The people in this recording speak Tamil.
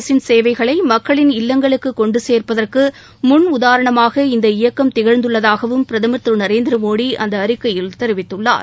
அரசின் சேவைகளை மக்களின் இல்லங்களுக்கு கொண்டு சேர்ப்பதற்கு முன் உதாரணமாக இந்த இயக்கம் திகழ்ந்துள்ளதாவும் பிரதமர் திரு நரேந்திரமோடி அந்த அறிக்கையில் தெரிவித்துள்ளார்